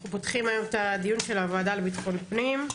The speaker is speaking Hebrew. אנחנו פותחים היום את הדיון של הוועדה לביטחון פנים.